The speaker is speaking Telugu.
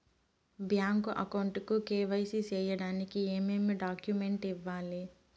బ్యాంకు అకౌంట్ కు కె.వై.సి సేయడానికి ఏమేమి డాక్యుమెంట్ ఇవ్వాలి?